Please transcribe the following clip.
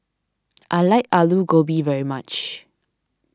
I like Alu Gobi very much